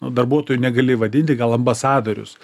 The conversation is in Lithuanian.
nu darbuotoju negali vadinti gal ambasadorius